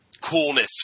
coolness